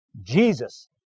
Jesus